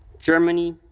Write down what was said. germany,